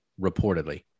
reportedly